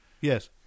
Yes